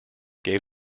gave